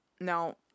now